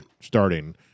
starting